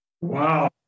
Wow